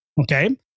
Okay